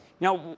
Now